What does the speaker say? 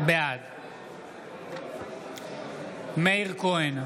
בעד מאיר כהן,